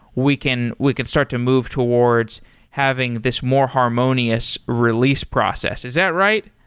we can we can start to move towards having this more harmonious release process. is that right?